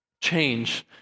Change